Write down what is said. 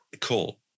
cool